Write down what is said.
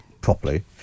properly